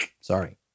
sorry